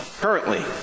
currently